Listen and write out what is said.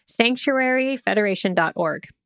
sanctuaryfederation.org